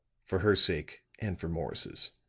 for her sake and for morris's.